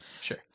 Sure